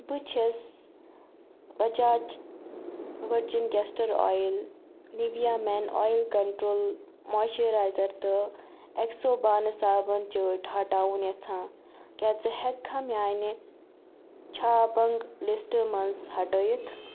بہٕ چھَس Bajaj virgin castor oil Nivea men oil control moisturiser تہٕ ایٚکسو بانہٕ صابن چٲٹۍ ہٹاوُن یژھان کیٛاہ ژٕ ہیٚکھا میانہِ چھاپنگ لسٹہٕ منٛز ہٹٲوِتھ